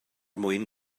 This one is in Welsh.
mwyn